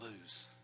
lose